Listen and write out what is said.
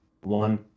One